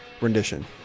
rendition